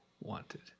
Wanted